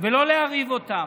ולא להרעיב אותם.